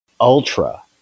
ultra